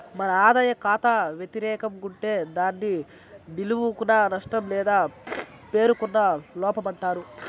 మన ఆదాయ కాతా వెతిరేకం గుంటే దాన్ని నిలుపుకున్న నష్టం లేదా పేరుకున్న లోపమంటారు